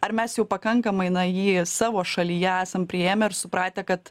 ar mes jau pakankamai na jį savo šalyje esam priėmę ir supratę kad